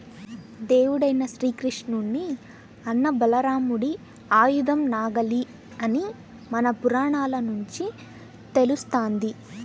దేవుడైన శ్రీకృష్ణుని అన్న బలరాముడి ఆయుధం నాగలి అని మన పురాణాల నుంచి తెలుస్తంది